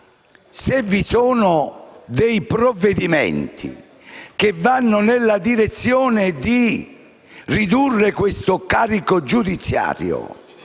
Se vi sono provvedimenti che vanno nella direzione di ridurre questo carico giudiziario